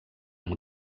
amb